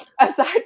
aside